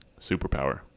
Superpower